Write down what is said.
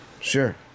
sure